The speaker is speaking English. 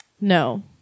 No